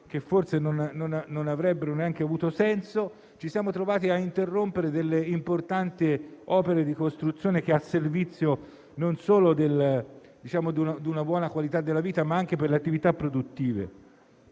che avesse veramente senso, ci siamo trovati a interrompere importanti opere di costruzione al servizio non solo di una buona qualità della vita, ma anche delle attività produttive.